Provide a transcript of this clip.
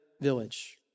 village